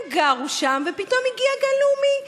הם גרו שם, ופתאום הגיע גן לאומי.